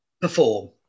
perform